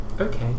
okay